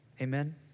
Amen